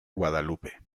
guadalupe